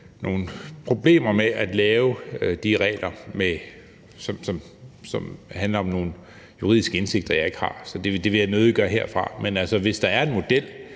nogle problemer med at lave de regler, og forudsætter nogle juridiske indsigter, som jeg ikke har. Så det vil jeg nødig gøre herfra. Men altså, hvis der er en model,